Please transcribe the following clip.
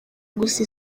gusa